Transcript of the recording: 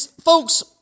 Folks